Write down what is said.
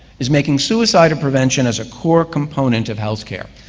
is making suicide prevention as a core component of healthcare.